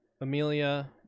Amelia